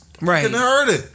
Right